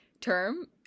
term